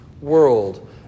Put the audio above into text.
world